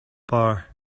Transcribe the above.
bar